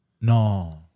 No